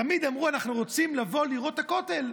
תמיד אמרו: אנחנו רוצים לבוא לראות את הכותל.